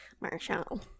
Marshall